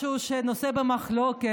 משהו שהוא נושא במחלוקת,